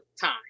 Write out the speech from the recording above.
time